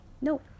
No